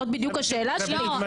זאת בדיוק השאלה שלי.